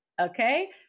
Okay